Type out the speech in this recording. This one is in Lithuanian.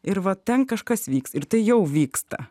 ir va ten kažkas vyks ir tai jau vyksta